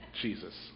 Jesus